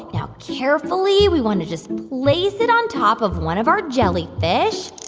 now, carefully, we want to just place it on top of one of our jelly fish.